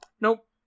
Nope